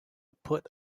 put